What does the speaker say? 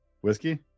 Whiskey